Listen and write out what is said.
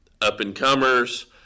up-and-comers